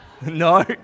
No